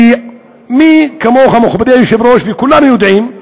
ומי כמוך יודע, מכובדי היושב-ראש וכולנו יודעים,